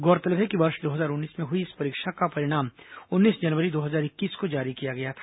गौरतलब है कि वर्ष दो हजार उन्नीस में हुई इस परीक्षा का परिणाम उन्नीस जनवरी दो हजार इक्कीस को जारी किया गया था